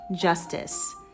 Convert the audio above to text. justice